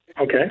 okay